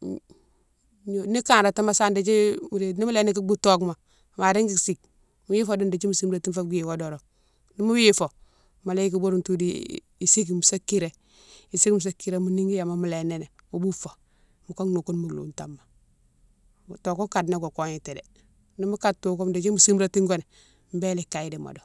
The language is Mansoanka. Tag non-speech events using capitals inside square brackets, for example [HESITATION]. [HESITATION] ni karatima same dékdi nimo léni ka bou tocouma ma régui sike mo wifo dékdi mo simratine fo wiwo doron, nimo wifo mola yike ibodone toudou isikime sa kiré, isikime sa kiré mo nigui yama mo lénini mo boufo moka nogoufo lountama. Tocou kade na go kognati dé, nimo kade tocouma dekdi mo simratifoni bélé kaye di modo.